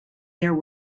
there